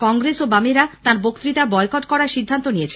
কংগ্রেস ও বামেরা তাঁর বক্ততা বয়কট করার সিদ্ধান্ত নিয়েছে